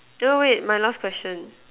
err wait my last question